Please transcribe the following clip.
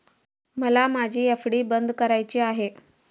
मला माझी एफ.डी बंद करायची आहे